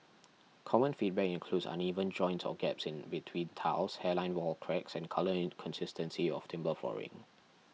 common feedback includes uneven joints or gaps in between tiles hairline wall cracks and colour inconsistency of timber flooring